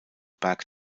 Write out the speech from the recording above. berg